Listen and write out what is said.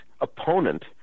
opponent